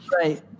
right